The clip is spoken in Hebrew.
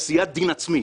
מעין עשיית דין עצמית.